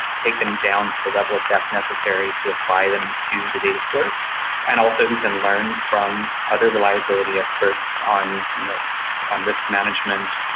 take them down to the level of depth necessary to apply them to the data stores and also who can learn from other reliability experts on you know on risk management,